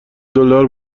دلار